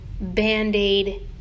band-aid